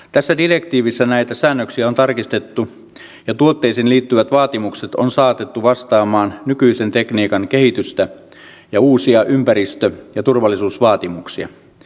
tässä direktiivissä näitä säännöksiä on tarkistettu ja tuotteisiin liittyvät vaatimukset on saatettu vastaamaan nykyisen tekniikan kehitystä ja uusia ympäristö ja turvallisuusvaatimuksia